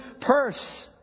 purse